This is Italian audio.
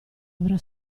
avrà